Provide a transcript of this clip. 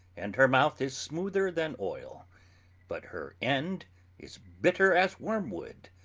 and her mouth is smoother then oyl but her end is bitter as wormwood,